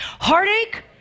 Heartache